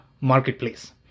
Marketplace